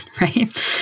right